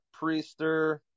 Priester